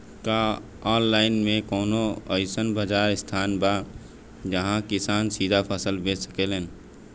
का आनलाइन मे कौनो अइसन बाजार स्थान बा जहाँ किसान सीधा फसल बेच सकेलन?